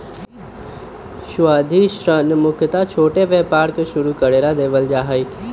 सावधि ऋण मुख्यत छोटा व्यापार के शुरू करे ला देवल जा हई